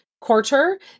quarter